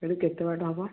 ଏଇଟୁ କେତେ ବାଟ ହବ